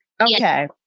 Okay